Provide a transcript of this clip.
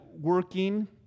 working